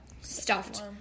stuffed